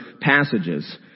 passages